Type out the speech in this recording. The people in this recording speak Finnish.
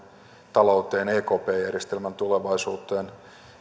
talouteen ekp järjestelmän tulevaisuuteen